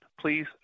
please